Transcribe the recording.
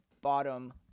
bottom